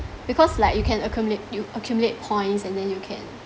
because like you can accumulate you accumulate points and then you can